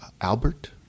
Albert